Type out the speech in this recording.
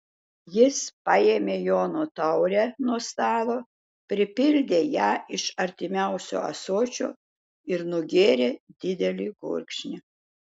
jis paėmė jono taurę nuo stalo pripildė ją iš artimiausio ąsočio ir nugėrė didelį gurkšnį